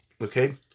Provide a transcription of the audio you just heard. Okay